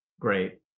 great